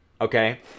okay